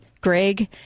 Greg